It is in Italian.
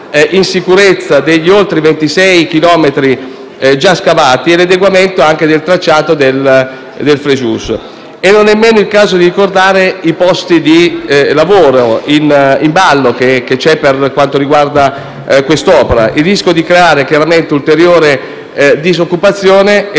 in sicurezza degli oltre 26 chilometri già scavati e l'adeguamento del tracciato del Frejus. Non è nemmeno il caso di ricordare i posti di lavoro in ballo per quanto riguarda quest'opera e il rischio di creare ulteriore disoccupazione: